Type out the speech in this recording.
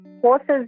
horses